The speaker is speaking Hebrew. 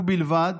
ובלבד